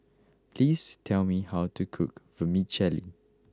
please tell me how to cook Vermicelli